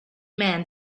man